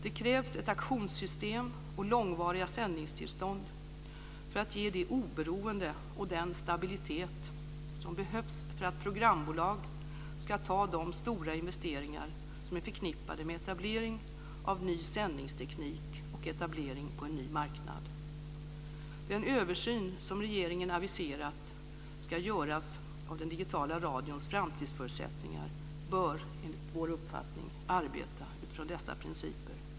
Det krävs ett auktionssystem och långvariga sändningstillstånd för att ge det oberoende och den stabilitet som behövs för att programbolag ska ta de stora investeringar som är förknippade med etablering av ny sändningsteknik och etablering på en ny marknad. Den översyn som regeringen har aviserat ska göras av den digitala radions framtidsförutsättningar bör enligt vår uppfattning arbeta utifrån dessa principer.